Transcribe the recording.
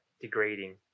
degrading